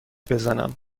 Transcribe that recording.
بزنم